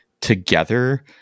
together